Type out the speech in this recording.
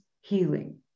healing